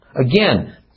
Again